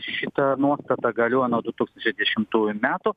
šita nuostata galioja nuo du tūkstančiai dešimtųjų metų